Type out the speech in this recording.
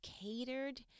catered